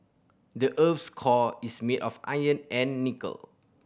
the earth's core is made of iron and nickel